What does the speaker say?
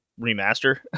remaster